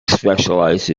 specialize